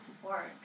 support